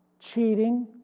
cheating,